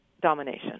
domination